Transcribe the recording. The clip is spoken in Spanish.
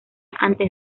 antes